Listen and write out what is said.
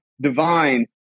divine